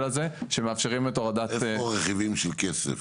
הזה שמאפשרים את הורדת --- איפה הרכיבים של כסף?